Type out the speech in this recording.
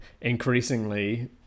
increasingly